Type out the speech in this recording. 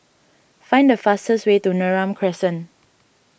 find the fastest way to Neram Crescent